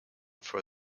for